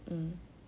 um